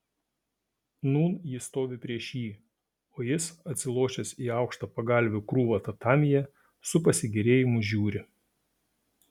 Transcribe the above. nūn ji stovi prieš jį o jis atsilošęs į aukštą pagalvių krūvą tatamyje su pasigėrėjimu žiūri